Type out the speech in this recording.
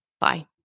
Bye